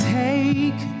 take